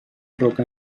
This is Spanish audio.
roca